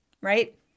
right